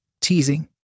teasing